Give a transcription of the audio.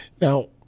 Now